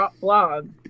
blog